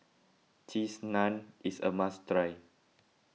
Cheese Naan is a must try